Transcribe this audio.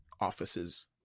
offices